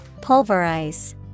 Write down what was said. Pulverize